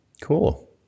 Cool